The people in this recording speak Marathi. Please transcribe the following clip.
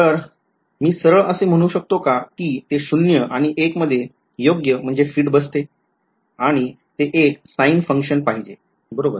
तर मी सरळ असे म्हणू शकतोका कि ते शून्य ० आणि एक १ मध्ये योग्य बसते आणि ते एक sine function पाहिजे बरोबर